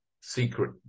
secret